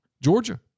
Georgia